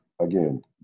again